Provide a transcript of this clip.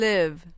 Live